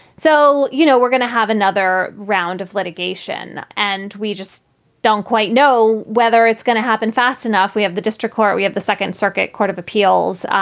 so, you know, we're gonna have another round of litigation and we just don't quite know whether it's going to happen fast enough. we have the district court. we have the second circuit court of appeals.